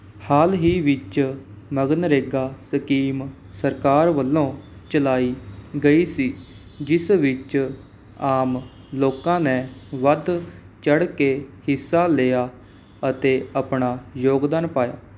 ਹਾਲ ਹੀ ਵਿੱਚ MGNREGA scheme ਸਰਕਾਰ ਵੱਲੋਂ ਚਲਾਈ ਗਈ ਸੀ ਜਿਸ ਵਿੱਚ ਆਮ ਲੋਕਾਂ ਨੇ ਵੱਧ ਚੜ ਕੇ ਹਿੱਸਾ ਲਿਆ ਅਤੇ ਆਪਣਾ ਯੋਗਦਾਨ ਪਾਇਆ